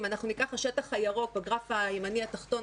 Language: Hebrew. אם אנחנו ניקח בגרף הימני התחתון,